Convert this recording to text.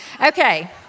Okay